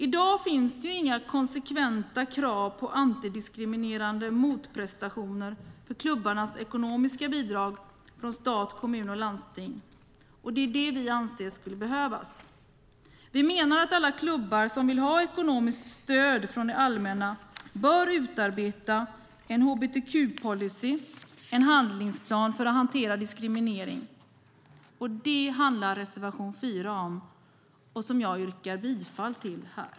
I dag finns det inga konsekventa krav på antidiskriminerande motprestationer för klubbarnas ekonomiska bidrag från stat, kommun och landsting, och det är det vi anser skulle behövas. Vi menar att alla klubbar som vill ha ekonomiskt stöd från det allmänna bör utarbeta en hbtq-policy och en handlingsplan för att hantera diskriminering. Det handlar reservation 4 om, som jag yrkar bifall till.